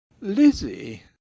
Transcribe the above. Lizzie